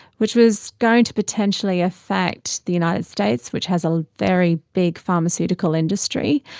which was going to potentially affect the united states which has a very big pharmaceutical industry.